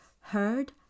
heard